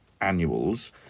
annuals